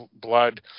blood